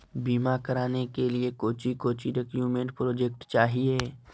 बीमा कराने के लिए कोच्चि कोच्चि डॉक्यूमेंट प्रोजेक्ट चाहिए?